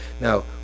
now